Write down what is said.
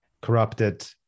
corrupted